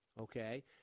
Okay